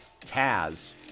Taz